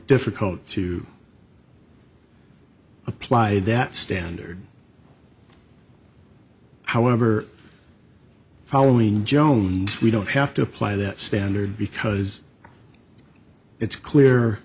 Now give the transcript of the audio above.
difficult to apply that standard however following jones we don't have to apply that standard because it's clear